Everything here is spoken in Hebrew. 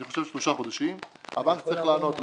אני חושב שאחרי שלושה חודשים הבנק צריך לענות לו.